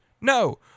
No